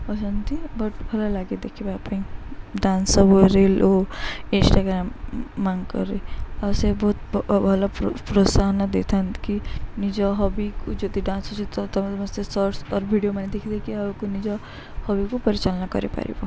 ଅଛନ୍ତି ବଟ୍ ଭଲ ଲାଗେ ଦେଖିବା ପାଇଁ ଡାନ୍ସ ସବୁ ରିଲ୍ ଓ ଇନଷ୍ଟାଗ୍ରାମମାନ୍କରେ ଆଉ ସେ ବହୁତ ଭଲ ପ୍ରୋ ପ୍ରୋତ୍ସାହନ ଦେଇଥାନ୍ତି କି ନିଜ ହବିକୁ ଯଦି ଡାନ୍ସ ଅଛି ତ ତମେ ସମସ୍ତେ ସର୍ଟସ ଅର୍ ଭିଡ଼ିଓ ମାନ ଦେଖି ଦେଖି ଆକୁ ନିଜ ହବିକୁ ପରିଚାଳନା କରିପାରିବ